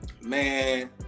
man